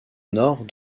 nord